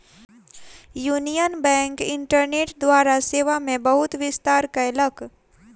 union Bank internet द्वारा सेवा मे बहुत विस्तार कयलक